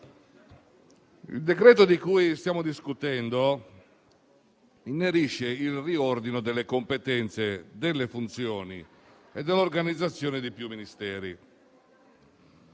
il decreto-legge di cui stiamo discutendo inerisce al riordino delle competenze, delle funzioni e dell'organizzazione di più Ministeri.